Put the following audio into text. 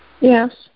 Yes